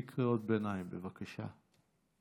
בלי קריאות ביניים, בבקשה.